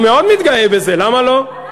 אני מאוד מתגאה בזה, למה לא?